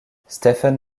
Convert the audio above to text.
stephen